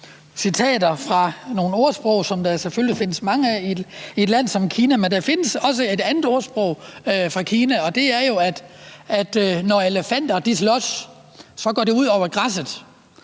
citere fra nogle kinesiske ordsprog, som der selvfølgelig findes mange af i et land som Kina. Der findes også det her ordsprog fra Kina: Når elefanter slås, går det ud over græsset.